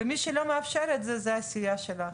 ומי שלא מאפשר את זה זו הסיעה שלך.